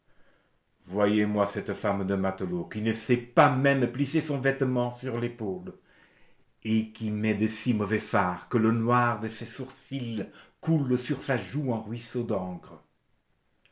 voyez moi cette femme de matelots qui ne sait pas même plisser son vêtement sur l'épaule et qui met de si mauvais fard que le noir de ses sourcils coule sur sa joue en ruisseaux d'encre